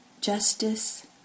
justice